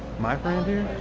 my friends here?